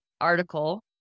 article